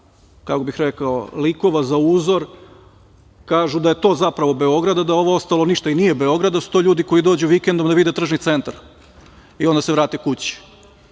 kako bih rekao, likova za uzor, kažu da je to zapravo Beograd, a da ovo ostalo ništa i nije Beograd, da su to ljudi koji dođu vikendom da vide tržni centar i onda se vrate